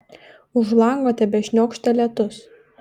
už lango tebešniokštė lietus